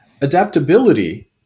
Adaptability